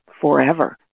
forever